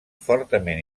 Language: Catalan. fortament